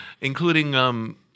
including